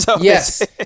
Yes